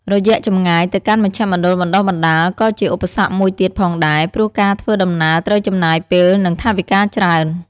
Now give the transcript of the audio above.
រយះចម្ងាយទៅកាន់មជ្ឈមណ្ឌលបណ្តុះបណ្តាល ក៏ជាឧបសគ្គមួយទៀតផងដែរ ព្រោះការធ្វើដំណើរត្រូវចំណាយពេល និងថវិកាច្រើន ។